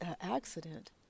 accident